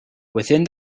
within